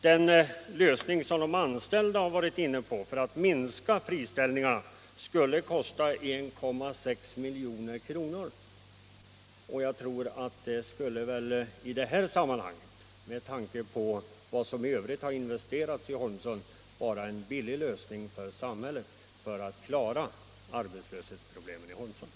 Den lösning som de anställda föreslagit för att minska friställningarna skulle kosta 1,6 milj.kr. Med tanke på vad som har investerats i Holmsund tror jag att detta är en billig lösning för samhället för att klara arbetslöshetsproblemen i Holmsund.